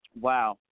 Wow